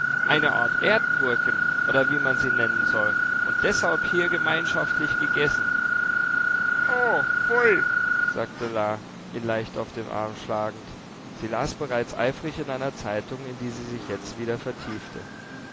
eine art erdgurken oder wie man sie nennen soll und deshalb hier gemeinschaftlich gegessen o pfui sagte la ihn leicht auf den arm schlagend sie las bereits eifrig in einer zeitung in die sie sich jetzt wieder vertiefte